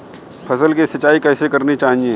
फसल की सिंचाई कैसे करनी चाहिए?